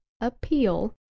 appeal